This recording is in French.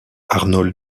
arnold